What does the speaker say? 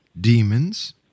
demons